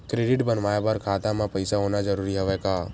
Credit बनवाय बर खाता म पईसा होना जरूरी हवय का?